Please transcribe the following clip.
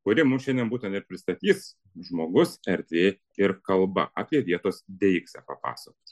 kuri mums šiandien būtent ir pristatys žmogus erdvė ir kalba apie vietos deiksę papasakos